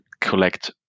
collect